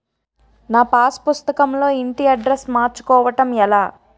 నా పాస్ పుస్తకం లో ఇంటి అడ్రెస్స్ మార్చుకోవటం ఎలా?